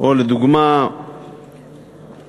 או לדוגמה סגירת